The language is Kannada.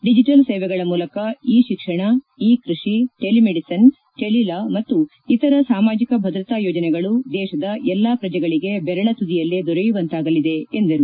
ಡಿಜಿಟಲ್ ಸೇವೆಗಳ ಮೂಲಕ ಇ ಶಿಕ್ಷಣ ಇ ಕೃಷಿ ಟೆಲಿಮೆಡಿಸನ್ ಟೆಲಿ ಲಾ ಮತ್ತು ಇತರ ಸಾಮಾಜಿಕ ಭದ್ರತಾ ಯೋಜನೆಗಳು ದೇಶದ ಎಲ್ಲಾ ಪ್ರಜೆಗಳಿಗೆ ಬೆರಳ ತುದಿಯಲ್ಲೇ ದೊರೆಯುವಂತಾಗಲಿದೆ ಎಂದರು